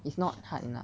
it's not hard enough